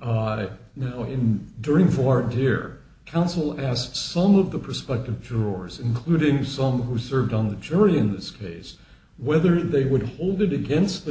no one in during forum here counsel asked some of the prospective jurors including some who served on the jury in this case whether they would hold it against the